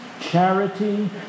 charity